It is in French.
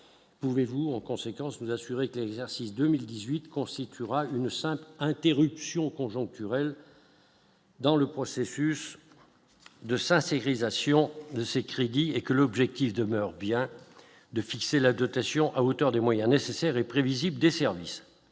pouvez-vous en conséquence nous assurer que l'exercice 2018 constituera une sainte interruption conjoncturel. Dans le processus de sa sécurisation de ces crédits et que l'objectif demeure bien de fixer la dotation à hauteur des moyens nécessaires et prévisible des services